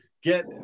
get